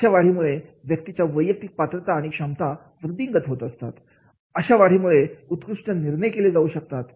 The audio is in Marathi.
अशा वाढीमुळे व्यक्तीच्या वैयक्तिक पात्रता आणि क्षमता वृद्धिंगत होत असतात अशा वाणीमुळे उत्कृष्ट निर्णय केले जाऊ शकतात